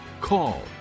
call